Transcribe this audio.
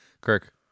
Kirk